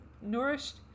nourished